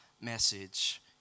message